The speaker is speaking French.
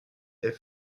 est